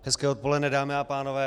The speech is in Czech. Hezké odpoledne, dámy a pánové.